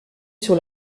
sur